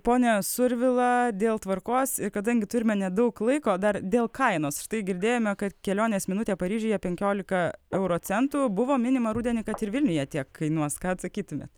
pone survila dėl tvarkos ir kadangi turime nedaug laiko dar dėl kainos štai girdėjome kad kelionės minutė paryžiuje penkiolika euro centų buvo minima rudenį kad ir vilniuje tiek kainuos ką atsakytumėt